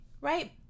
right